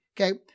Okay